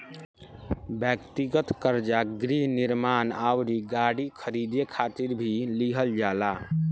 ब्यक्तिगत कर्जा गृह निर्माण अउरी गाड़ी खरीदे खातिर भी लिहल जाला